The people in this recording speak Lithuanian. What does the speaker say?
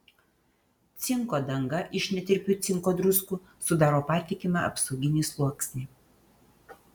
cinko danga iš netirpių cinko druskų sudaro patikimą apsauginį sluoksnį